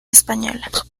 española